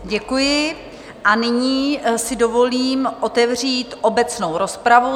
Děkuji a nyní si dovolím otevřít obecnou rozpravu.